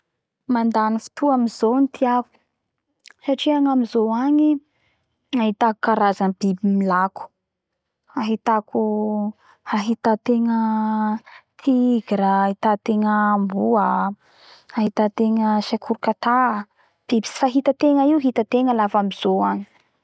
Mandany fotoa amy zoo ny tiako satria amy zoo agny ny ahitako karazambiby lako ahitako ahitategna tigra ahitategna amboa ahitategna biby tsy fahitategna io hitategna lafa amy zoo agny